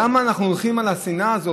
למה אנחנו הולכים על השנאה הזאת?